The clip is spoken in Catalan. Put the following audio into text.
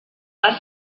les